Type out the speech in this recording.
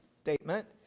statement